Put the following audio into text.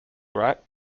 right